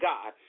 God